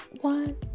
one